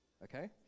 Okay